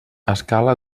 escala